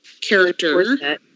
Character